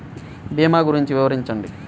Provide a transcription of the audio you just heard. భీమా గురించి వివరించండి?